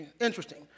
interesting